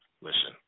Listen